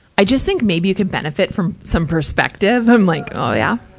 i just think maybe you can benefit from some perspective. i'm like, oh, yeah?